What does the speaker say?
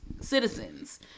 citizens